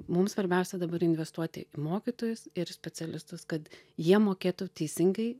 mums svarbiausia dabar investuoti į mokytojus ir į specialistus kad jie mokėtų teisingai